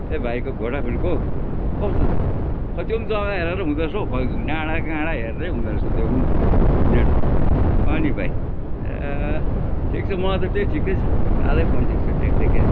ए भाइको भोडाफोनको कस्तो छ खोइ त्यो जगा हेरेर हुँदो रहेछ हौ खोइ डाँडा काँडा हेर्दै हुँदो रहेछ त्यो पनि फोन नेटवर्क नि भाइ ठिक छ मलाई त त्यही ठिक छ कालो फोन ठिक छ ट्याकट्याके